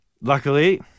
Luckily